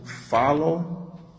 follow